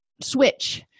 switch